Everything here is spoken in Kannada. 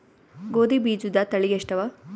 ಗೋಧಿ ಬೀಜುದ ತಳಿ ಎಷ್ಟವ?